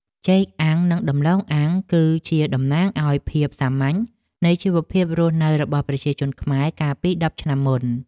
ចេកអាំងនិងដំឡូងអាំងគឺជាតំណាងឱ្យភាពសាមញ្ញនៃជីវភាពរស់នៅរបស់ប្រជាជនខ្មែរកាលពីដប់ឆ្នាំមុន។